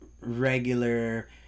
regular